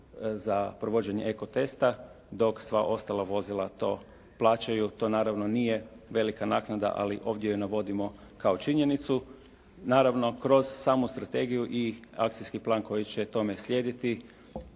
za provođenje eko testa dok sva ostala vozila to plaćaju. To naravno nije velika naknada, ali ovdje ju navodimo kao činjenicu. Naravno kroz samu strategiju i akcijski plan koji će tome slijediti,